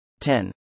10